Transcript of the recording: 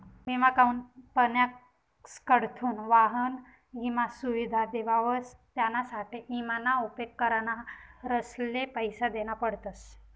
विमा कंपन्यासकडथून वाहन ईमा सुविधा देवावस त्यानासाठे ईमा ना उपेग करणारसले पैसा देना पडतस